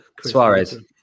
Suarez